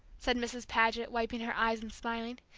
said mrs. paget, wiping her eyes and smiling.